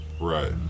right